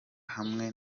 hamwe